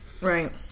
Right